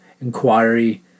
inquiry